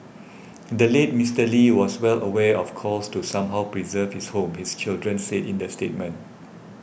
the late Mister Lee was well aware of calls to somehow preserve his home his children said in the statement